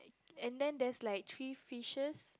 and then there's like three fishes